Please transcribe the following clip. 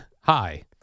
Hi